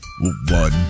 One